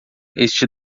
este